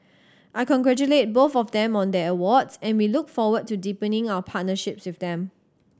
I congratulate both of them on their awards and we look forward to deepening our partnerships with them